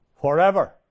forever